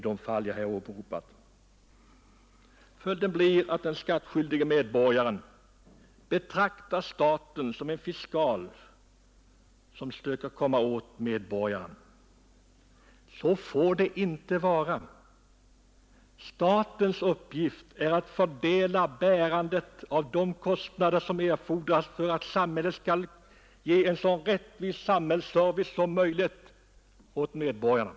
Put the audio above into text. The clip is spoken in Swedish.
Den skattskyldige medborgaren har kommit att betrakta staten som en fiskal som försöker komma åt medborgarna. Så får det inte vara. Statens uppgift är att fördela bärandet av de kostnader som erfordras för att samhället skall kunna ge så god service som möjligt åt medborgarna.